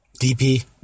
DP